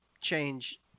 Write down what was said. change